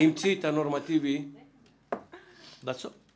המציא את הנורמטיבי באופן